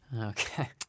Okay